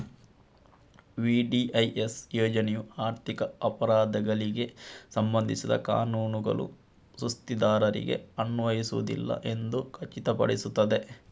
VDIS ಯೋಜನೆಯು ಆರ್ಥಿಕ ಅಪರಾಧಗಳಿಗೆ ಸಂಬಂಧಿಸಿದ ಕಾನೂನುಗಳು ಸುಸ್ತಿದಾರರಿಗೆ ಅನ್ವಯಿಸುವುದಿಲ್ಲ ಎಂದು ಖಚಿತಪಡಿಸುತ್ತದೆ